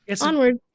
Onward